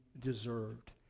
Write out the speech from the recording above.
deserved